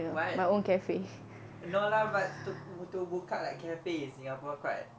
what no lah but tu untuk buka like cafe in singapore quite